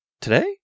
Today